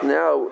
now